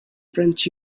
french